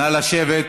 נא לשבת.